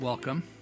welcome